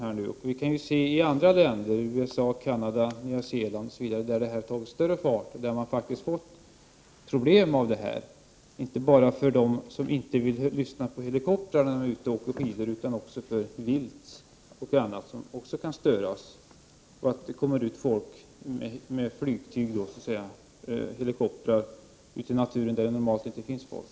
Vi kan se på förhållandet i andra länder — USA, Canada, Nya Zeeland m.fl. — där denna utveckling har tagit större fart. Man har där fått problem. Det gäller inte bara dem som inte vill lyssna till helikopterbuller när de är ute och åker skidor, utan det gäller också för vilt och annat som kan störas av att det kommer ut folk med flygtyg, helikoptrar, i naturen där det normalt inte finns folk.